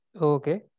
Okay